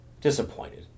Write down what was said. Disappointed